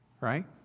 Right